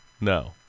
No